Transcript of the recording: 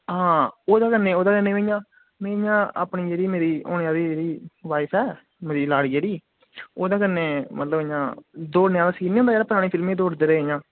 हां ओह्दे कन्नै ओह्दे कन्नै मीं इयां मीं इयां अपने जेह्ड़ी मेरी होने आह्ली जेह्ड़ी वाइफ ऐ मेरी लाड़ी जेह्ड़ी ओह्दे कन्नै मतलब इयां दौड़ने आह्ला सीन नी हुंदा जेह्ड़ा परानी फिल्में च दौड़दे रेह् जियां